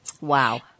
Wow